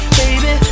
baby